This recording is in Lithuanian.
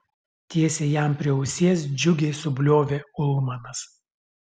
tiesiai jam prie ausies džiugiai subliovė ulmanas